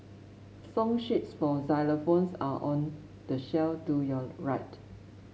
song sheets for xylophones are on the shelf to your right